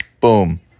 Boom